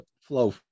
flow